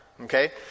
Okay